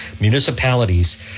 Municipalities